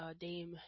Dame